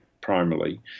primarily